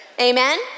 Amen